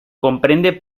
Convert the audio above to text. comprende